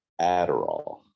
Adderall